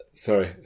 Sorry